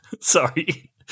Sorry